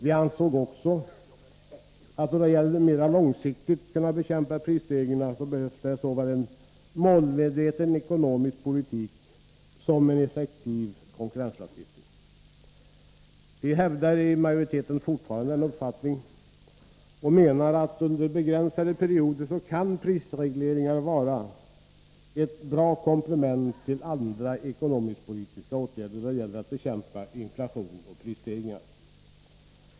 Vi menade också att det då det gäller att mera långsiktigt kunna bekämpa prisstegringarna behövs såväl en målmedveten ekonomisk politik som en effektiv konkurrenslagstiftning. Vi i majoriteten hävdar fortfarande den uppfattningen och menar att prisregleringar under begränsade perioder kan vara ett bra komplement till andra ekonomiskpolitiska åtgärder för att bekämpa inflation och prisstegringar.